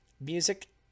music